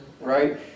right